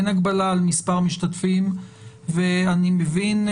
אין הגבלה על מספר משתתפים ואני מבין,